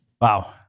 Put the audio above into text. Wow